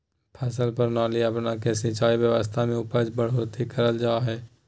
फसल प्रणाली अपना के सिंचाई व्यवस्था में उपज बढ़ोतरी करल जा हइ